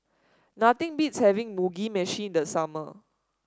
nothing beats having Mugi Meshi in the summer